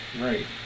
Right